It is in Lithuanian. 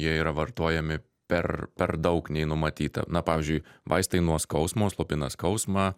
jie yra vartojami per per daug nei numatyta na pavyzdžiui vaistai nuo skausmo slopina skausmą